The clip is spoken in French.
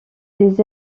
des